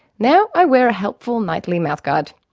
now i wear a helpful nightly mouthguard.